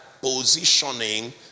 positioning